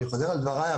אני חוזר על דברי,